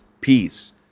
peace